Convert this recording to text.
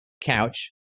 couch